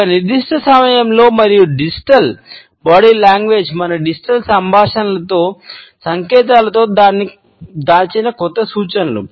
ఒక నిర్దిష్ట సమయంలో మరియు డిజిటల్ సంభాషణలలో సంకేతాలలో దాచిన కొత్త సూచనలు